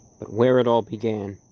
but where it all began